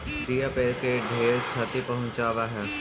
दियाँ पेड़ के ढेर छति पहुंचाब हई